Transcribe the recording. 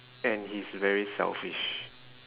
and he's very selfish